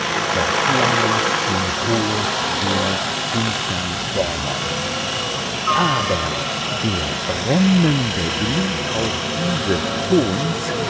verklangen im hohn jenes finstern dämons aber der brennende gluthauch dieses hohns